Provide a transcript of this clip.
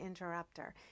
interrupter